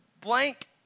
blank